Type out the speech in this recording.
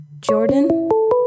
Jordan